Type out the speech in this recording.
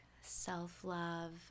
self-love